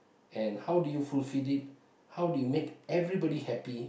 and how do you fulfil it how do you make everybody happy